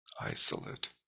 isolate